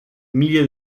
milliers